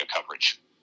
coverage